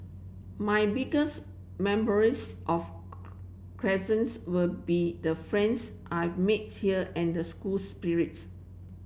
my biggest memories of Crescents will be the friends I've made here and the school spirits